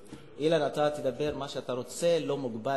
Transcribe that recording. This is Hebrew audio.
אילן, אתה תדבר מה שאתה רוצה, לא מוגבל